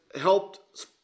helped